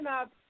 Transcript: up